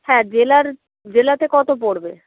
হ্যাঁ জেলার জেলাতে কতো পড়বে